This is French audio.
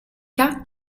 cas